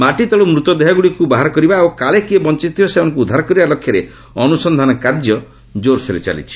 ମାଟିତଳୁ ମୃତଦେହଗୁଡ଼ିକୁ ବାହାର କରିବା ଓ କାଳେ କିଏ ବଞ୍ଚଥିବ ସେମାନଙ୍କୁ ଉଦ୍ଧାର କରିବା ଲକ୍ଷ୍ୟରେ ଅନୁସନ୍ଧାନ କାର୍ଯ୍ୟ ଜୋର୍ସୋର୍ରେ ଚାଲିଛି